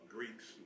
Greeks